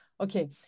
okay